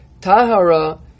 Tahara